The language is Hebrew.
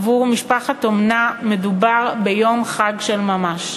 עבור משפחת אומנה מדובר ביום חג של ממש.